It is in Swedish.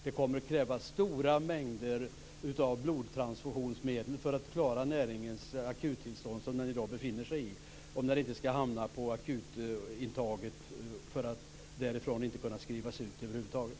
Det kommer att krävas stora blodtransfusioner för att klara det akuta tillstånd som näringen befinner sig i om den inte skall hamna på akutintaget för att sedan inte kunna skrivas ut över huvud taget.